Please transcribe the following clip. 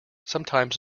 sometimes